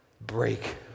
break